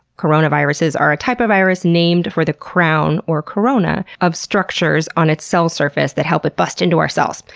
coronaviruses are a type of virus named for the crown or the corona of structures on its cell surface that help it bust into our cells.